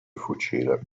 fucile